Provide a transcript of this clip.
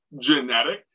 genetic